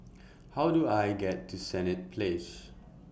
How Do I get to Senett Place